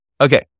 Okay